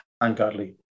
ungodly